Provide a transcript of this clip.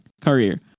career